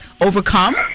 overcome